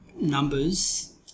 numbers